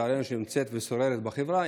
שלצערנו נמצאת ושוררת בחברה,